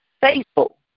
faithful